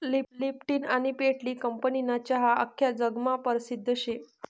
Lipton आनी पेटली कंपनीना चहा आख्खा जगमा परसिद्ध शे